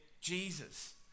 Jesus